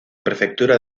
prefectura